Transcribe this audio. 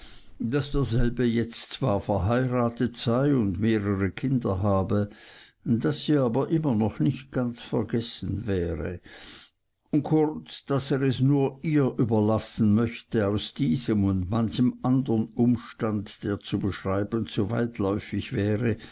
daß derselbe zwar jetzt verheiratet sei und mehrere kinder habe daß sie aber immer noch nicht ganz vergessen wäre und kurz daß er es ihr nur überlassen möchte aus diesem und manchem andern umstand der zu beschreiben zu weitläufig wäre